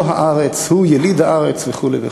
הוא יליד הארץ וכו'.